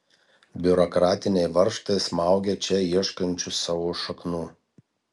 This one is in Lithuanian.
biurokratiniai varžtai smaugia čia ieškančius savo šaknų